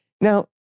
Now